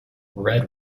red